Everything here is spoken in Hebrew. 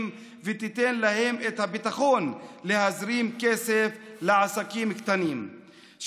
ותיתן להם את הביטחון להזרים כסף לעסקים קטנים,